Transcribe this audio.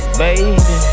baby